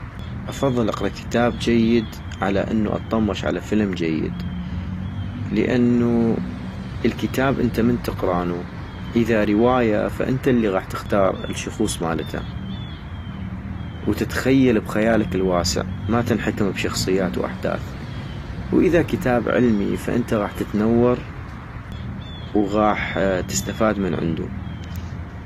افضل اقرا كتاب جيد على انو اطمش على فلم جيد - لانوو الكتاب انت من تقرانو اذا رواية فانت غاح تختار الشخوص مالتا ، وتتخيل بخيالك الواسع، ماتنحكم بشخصيات واحداث، واذا كتاب علمي فانت غاح تتنور، وغاح تستفاد من عندو